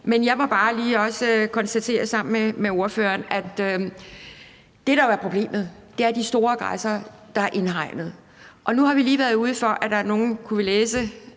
Men jeg må også bare lige konstatere sammen med ordføreren, at det, der jo er problemet, er de store græssere, der er indhegnet. Nu har vi lige har været ude for, at der nogen – det kunne vi læse